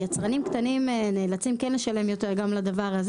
יצרנים קטנים נאלצים לשלם גם על הדבר הזה